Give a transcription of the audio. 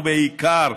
ובעיקר,